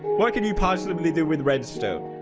what can you possibly do with redstone